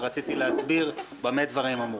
ורציתי להסביר במה דברים אמורים.